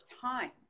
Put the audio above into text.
time